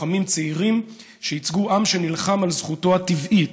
לוחמים צעירים שייצגו עם שנלחם על זכותו הטבעית,